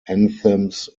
anthems